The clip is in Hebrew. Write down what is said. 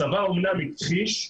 הצבא אמנם הכחיש,